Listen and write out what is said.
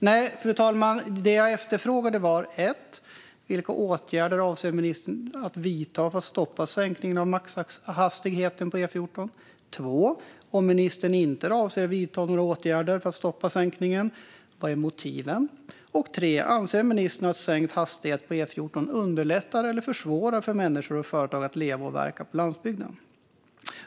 Nej, fru talman, det jag frågade var: Vilka åtgärder avser ministern att vidta för att stoppa sänkningen av maxhastigheten på E14? Om ministern inte avser att vidta några åtgärder för att stoppa sänkningen, vad är motiven till det? Anser ministern att sänkt hastighet på E14 underlättar eller försvårar för människor och företag att leva och verka på landsbygden?